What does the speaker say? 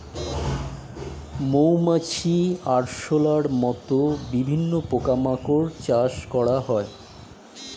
মৌমাছি, আরশোলার মত বিভিন্ন পোকা মাকড় চাষ করা হয়